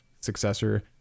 successor